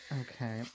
Okay